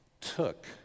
Took